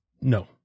no